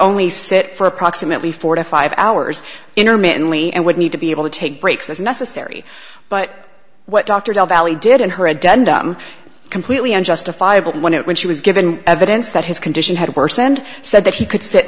only sit for approximately four to five hours intermittently and would need to be able to take breaks if necessary but what dr dale valley did and who had done them completely unjustified when it when she was given evidence that his condition had worsened said that he could sit